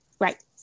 Right